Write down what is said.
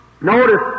Notice